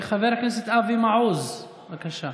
חבר הכנסת אבי מעוז, בבקשה,